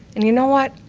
and you know what?